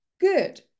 good